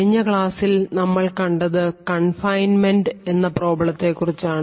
കഴിഞ്ഞ ക്ലാസ്സിൽ നമ്മൾ കണ്ടത് കൺഫൈൻമെൻറ് എന്ന പ്രോബ്ലെംതെ കുറിച്ചാണ്